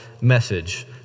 message